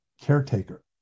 caretaker